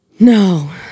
no